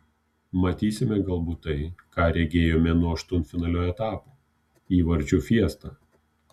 matysime galbūt tai ką regėjome nuo aštuntfinalio etapo įvarčių fiestą